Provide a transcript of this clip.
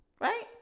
right